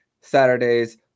Saturday's